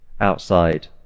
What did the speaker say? Outside